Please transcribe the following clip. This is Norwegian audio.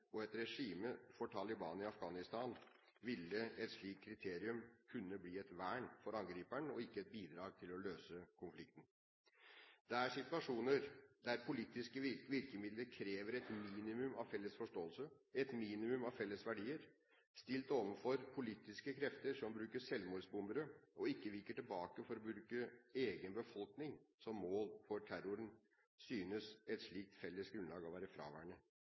og et regime som Taliban i Afghanistan ville et slikt kriterium kunne bli et vern for angriperen og ikke et bidrag til å løse konflikten. Det er situasjoner der politiske virkemidler krever et minimum av felles forståelse, et minimum av felles verdier. Stilt overfor politiske krefter som bruker selvmordsbombere, og som ikke viker tilbake for å bruke egen befolkning som mål for terroren, synes et slikt felles grunnlag å være fraværende.